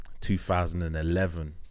2011